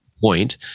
point